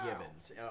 Givens